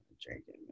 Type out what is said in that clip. drinking